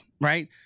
right